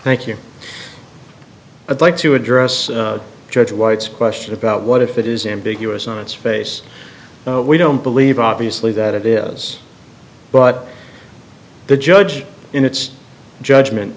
thank you but like to address judge white's question about what if it is ambiguous on its face we don't believe obviously that it is but the judge in its judgment